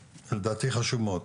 לדעתי זה חשוב מאוד,